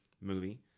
movie